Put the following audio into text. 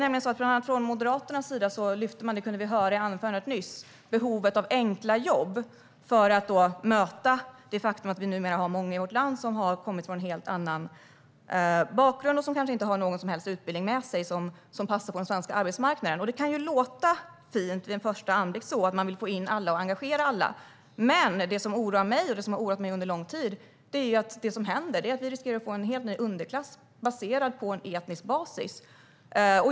Bland annat från Moderaternas sida lyfter man - det kunde vi höra i anförandet nyss - behovet av enkla jobb för att möta det faktum att det numera är många i vårt land som har en helt annan bakgrund och kanske inte har någon som helst utbildning som passar på den svenska arbetsmarknaden. Det kan ju låta fint att man vill få in alla och engagera alla, men det som har oroat mig under lång tid är att vi riskerar att få en helt ny underklass på etnisk basis.